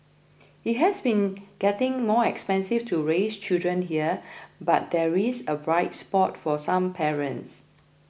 it has been getting more expensive to raise children here but there is a bright spot for some parents